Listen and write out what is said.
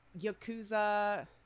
Yakuza